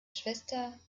schwester